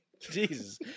Jesus